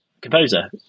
composer